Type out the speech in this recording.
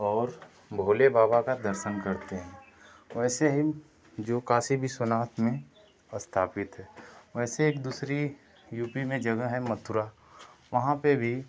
और भोले बाबा का दर्शन करते हैं वैसे ही जो काशी विश्वनाथ में स्थापित है वैसे एक दूसरी यू पी में जगह है मथुरा वहाँ पर भी